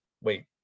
wait